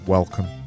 Welcome